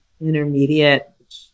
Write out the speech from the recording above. intermediate